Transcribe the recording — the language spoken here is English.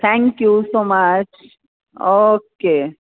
thank you so much okay